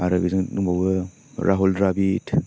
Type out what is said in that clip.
आरो बेजों दबावो राहुल राबीट